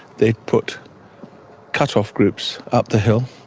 they put cut off groups up the hill.